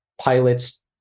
pilots